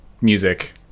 music